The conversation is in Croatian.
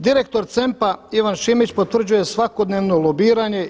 Direktor CEMP-a Ivan Šimić potvrđuje svakodnevno lobiranje.